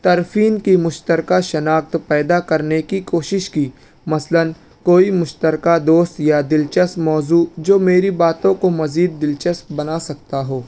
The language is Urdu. طرفین کی مشترکہ شناخت پیدا کرنے کی کوشش کی مثلاً کو ئی مشترکہ دوست یا دلچسپ موضع جو میری باتوں کو مزید دلچسپ بنا سکتا ہو